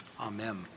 Amen